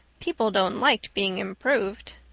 people don't like being improved.